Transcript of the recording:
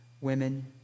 women